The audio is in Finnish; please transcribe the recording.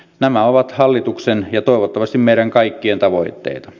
nämä ovat hallituksen ja toivottavasti meidän kaikkien tavoitteita